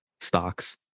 stocks